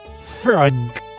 Frank